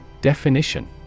Definition